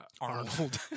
Arnold